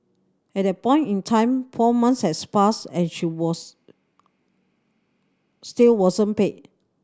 at that point in time four months has passed and she was still wasn't paid